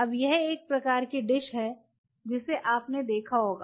अब यह एक प्रकार की डिश है जिसे आपने देखा होगा